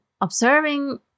observing